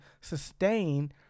sustain